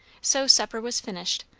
so supper was finished,